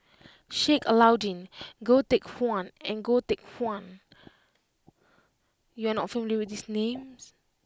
Sheik Alau'ddin Goh Teck Phuan and Goh Teck Phuan you are not familiar with these names